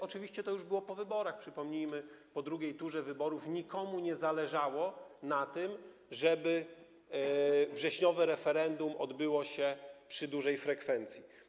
Oczywiście to już było po wyborach, przypomnijmy, po drugiej turze wyborów nikomu nie zależało na tym, żeby wrześniowe referendum odbyło się przy dużej frekwencji.